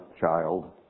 child